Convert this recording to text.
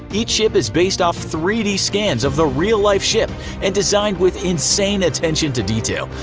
each ship is based off three d scans of the real-life ship and designed with insane attention to detail.